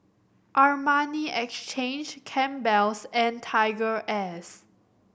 Armani Exchange Campbell's and TigerAirs